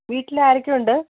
വീട്ടിലാരൊക്കെയുണ്ട്